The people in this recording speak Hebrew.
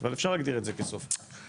אבל אפשר להגדיר את זה כסוף מאי.